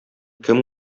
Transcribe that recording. кем